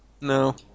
No